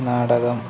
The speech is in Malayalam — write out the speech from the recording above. നാടകം